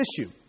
issue